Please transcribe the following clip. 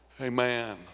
Amen